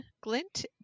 Glint